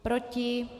Proti?